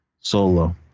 Solo